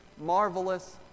marvelous